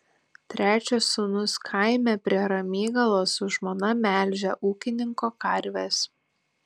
trečias sūnus kaime prie ramygalos su žmona melžia ūkininko karves